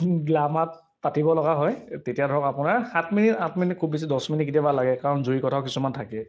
গ্লামাত পাতিব লগা হয় তেতিয়া ধৰক আপোনাৰ সাত মিনিট আঠ মিনিট খুব বেছি দছ মিনিট কেতিয়াবা লাগে কাৰণ জুই কথাও কিছুমান থাকে